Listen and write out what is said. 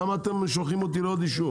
למה אתם שולחים אותי לעוד אישור?